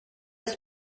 ist